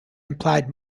implied